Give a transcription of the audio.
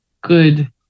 good